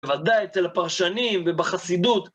בוודאי אצל הפרשנים ובחסידות.